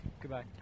Goodbye